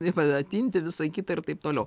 pradeda tinti visą kitą ir taip toliau